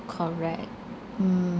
correct mm